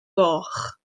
goch